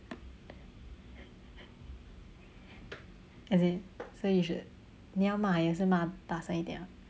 as in so you should 你要骂也是骂大声一点 orh